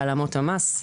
להעלמות המס,